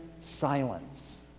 silence